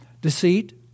Deceit